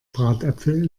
bratäpfel